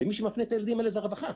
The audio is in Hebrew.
כשמי שמפנה את הילדים האלה זה הרווחה.